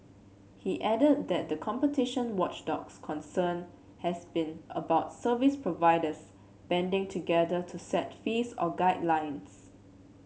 he add that the competition watchdog's concern has been about service providers banding together to set fees or guidelines